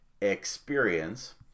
experience